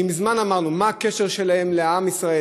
מזמן אמרנו: מה הקשר שלהם לעם ישראל?